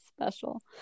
special